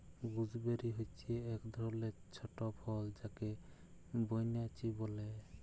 gooseberry হচ্যে এক ধরলের ছট ফল যাকে বৈনচি ব্যলে